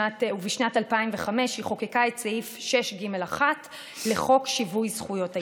ובשנת 2005 היא חוקקה את סעיף 6ג1 לחוק שיווי זכויות האישה,